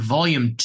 Volume